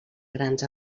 grans